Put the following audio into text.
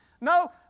No